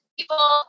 people